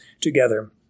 together